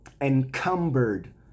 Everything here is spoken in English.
encumbered